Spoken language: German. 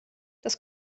das